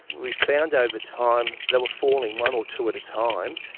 we found over time they were falling one or two at a time,